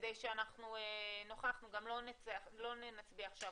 אנחנו לא נצביע עכשיו,